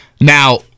Now